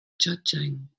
Judging